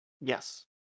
yes